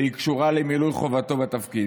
והיא קשורה למילוי חובתו בתפקיד.